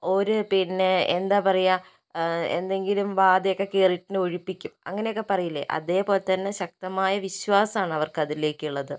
ഓര് പിന്നെ എന്താ പറയുക എന്തെങ്കിലും ബാധയൊക്കെ കേറീട്ടുണ്ടെങ്കിൽ ഒഴിപ്പിക്കും അങ്ങനെയൊക്കെ പറയില്ലേ അതേപോലെ തന്നെ ശക്തമായ വിശ്വാസമാണ് അവർക്ക് അതിലേക്കുള്ളത്